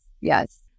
yes